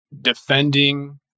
Defending